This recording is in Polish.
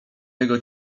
jego